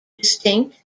distinct